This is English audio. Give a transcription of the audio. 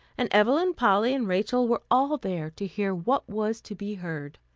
and evelyn, polly and rachel were all there to hear what was to be heard.